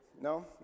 no